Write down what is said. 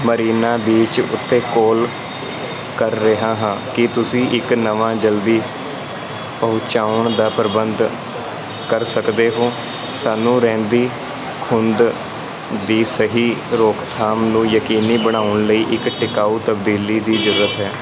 Marina beach ਉੱਤੇ call ਕਰ ਰਿਹਾ ਹਾਂ ਕੀ ਤੁਸੀਂ ਇੱਕ ਨਵਾਂ ਜਲਦੀ ਪਹੁੰਚਾਉਣ ਦਾ ਪ੍ਰਬੰਧ ਕਰ ਸਕਦੇ ਹੋ ਸਾਨੂੰ ਰਹਿੰਦੀ ਖੂੰਹਦ ਦੀ ਸਹੀ ਰੋਕਥਾਮ ਨੂੰ ਯਕੀਨੀ ਬਣਾਉਣ ਲਈ ਇੱਕ ਟਿਕਾਊ ਤਬਦੀਲੀ ਦੀ ਜ਼ਰੂਰਤ ਹੈ